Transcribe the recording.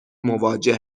مواجه